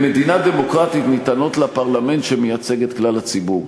במדינה דמוקרטית ניתנות לפרלמנט שמייצג את כלל הציבור.